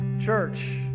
Church